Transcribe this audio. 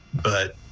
but.